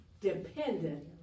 dependent